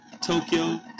Tokyo